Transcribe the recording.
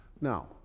Now